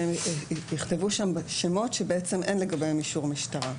שהם יכתבו שם שמות שאין לגביהם אישור משטרה.